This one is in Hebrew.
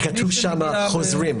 כתוב שם "חוזרים".